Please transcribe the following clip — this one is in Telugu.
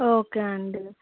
ఓకే అండి